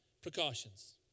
Precautions